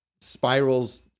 spirals